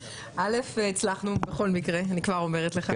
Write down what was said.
א' הצלחנו בכל מקרה אני כבר אומרת לך.